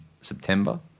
September